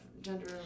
gender